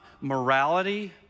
morality